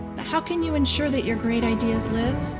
how can you ensure that your great ideas live?